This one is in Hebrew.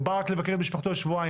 הוא בא רק לבקר את משפחתו, שבועיים.